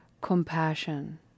compassion